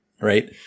Right